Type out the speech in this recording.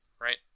Right